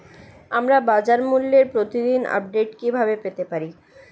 আমরা বাজারমূল্যের প্রতিদিন আপডেট কিভাবে পেতে পারি?